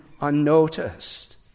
unnoticed